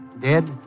Dead